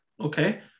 okay